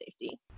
safety